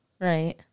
Right